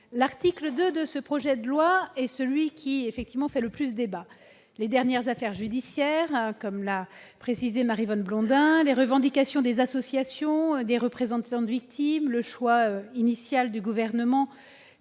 L'article 2 du projet de loi est celui qui fait le plus débat. Les récentes affaires judiciaires, évoquées par Maryvonne Blondin, les revendications des associations et représentants des victimes, le choix initial du Gouvernement